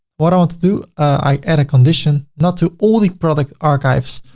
what i want to do, i add a condition, not to all the product archives,